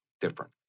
different